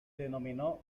denominó